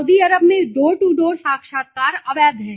Saudi Arab में door to door साक्षात्कार अवैध है